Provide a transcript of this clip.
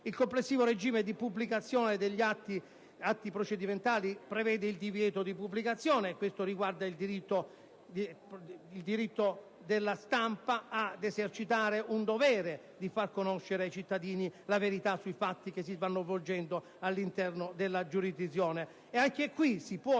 Il complessivo regime di pubblicazione degli atti procedimentali prevede il divieto di pubblicazione, e questo riguarda il diritto della stampa di esercitare un dovere: quello di far conoscere ai cittadini la verità su fatti che si stanno svolgendo all'interno della giurisdizione.